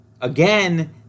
again